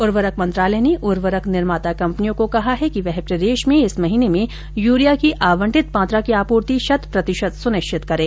उर्वरक मंत्रालय ने उर्वरक निर्माता कम्पनियों को कहा है कि वह प्रदेश में इस महीने में यूरिया की आवंटित मात्रा की आपूर्ति शत् प्रतिशत सुनिश्चित करें